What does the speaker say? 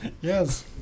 Yes